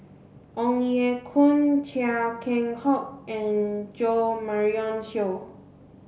Ong Ye Kung Chia Keng Hock and Jo Marion Seow